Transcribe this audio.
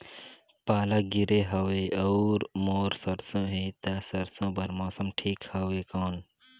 पाला गिरे हवय अउर मोर सरसो हे ता सरसो बार मौसम ठीक हवे कौन?